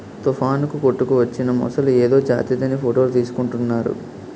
తుఫానుకు కొట్టుకువచ్చిన మొసలి ఏదో జాతిదని ఫోటోలు తీసుకుంటున్నారు